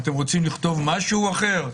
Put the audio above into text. אתם רוצים לכתוב משהו אחר?